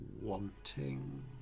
wanting